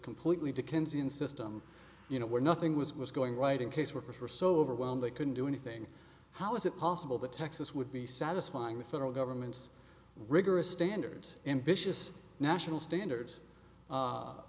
completely dickensian system you know where nothing was was going right in caseworkers were so overwhelmed they couldn't do anything how is it possible that texas would be satisfying the federal government's rigorous standards ambitious national standards